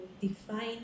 define